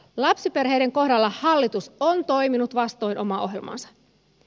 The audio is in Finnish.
lapsiperheiden kohdalla hallitus on toiminut vastoin omaa ohjelmaansa